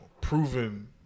proven